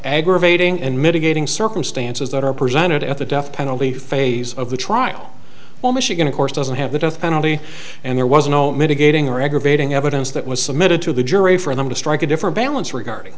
aggravating and mitigating circumstances that are presented at the death penalty phase of the trial while michigan of course doesn't have the death penalty and there was no mitigating or aggravating evidence that was submitted to the jury for them to strike a different balance regarding